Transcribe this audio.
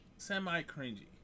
semi-cringy